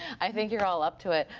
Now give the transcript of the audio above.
i think you're all up to it.